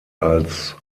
als